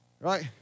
Right